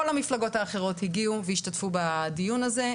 כל המפלגות האחרות הגיעו והשתתפו בדיון הזה,